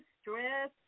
stress